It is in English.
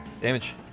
Damage